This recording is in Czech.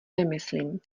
nemyslím